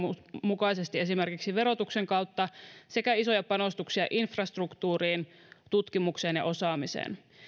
mukaisesti esimerkiksi verotuksen kautta sekä isoja panostuksia infrastruktuuriin tutkimukseen ja osaamiseen